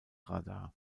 radar